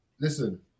listen